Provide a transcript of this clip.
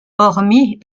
hormis